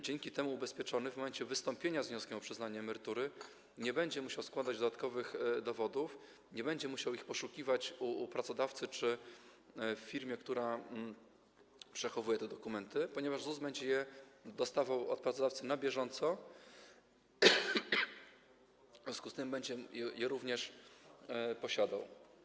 Dzięki temu ubezpieczony w momencie wystąpienia z wnioskiem o przyznanie emerytury nie będzie musiał składać dodatkowych dowodów, nie będzie musiał ich poszukiwać u pracodawcy czy w firmie, która przechowuje te dokumenty, ponieważ ZUS będzie je dostawał od pracodawcy na bieżąco, w związku z tym będzie je posiadał.